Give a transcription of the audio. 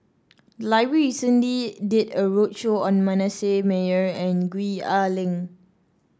the library recently did a roadshow on Manasseh Meyer and Gwee Ah Leng